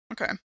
Okay